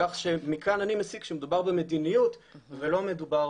כך שמכאן אני מסיק שמדובר במדיניות ולא מדובר